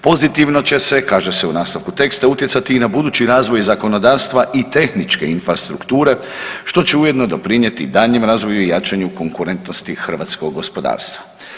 Pozitivno će se, kaže se u nastavku teksta utjecati i na budući razvoj zakonodavstva i tehničke infrastrukture, što će ujedno doprinijeti daljnjem razvoju i jačanju konkurentnosti Hrvatskog gospodarstva.